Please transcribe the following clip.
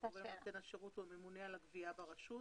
הגורם נותן השירות הוא הממונה על הגבייה ברשות.